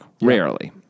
Rarely